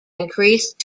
increased